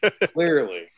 clearly